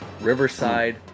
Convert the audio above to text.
Riverside